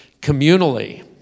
communally